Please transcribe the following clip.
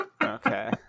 Okay